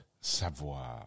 savoir